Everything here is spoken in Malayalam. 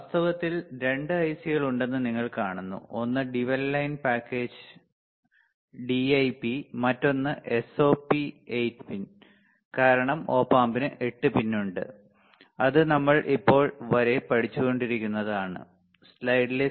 വാസ്തവത്തിൽ 2 ഐസികൾ ഉണ്ടെന്ന് നിങ്ങൾ കാണുന്നു ഒന്ന് ഡ്യുവൽ ലൈൻ പാക്കേജ് DIP മറ്റൊന്ന് SOP 8 പിൻ കാരണം ഒപ് ആമ്പിന് 8 പിൻ ഉണ്ട് അത് നമ്മൾ ഇപ്പോൾ വരെ പഠിച്ചുകൊണ്ടിരിക്കുന്നത് ആണ്